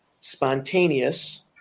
spontaneous